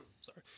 Sorry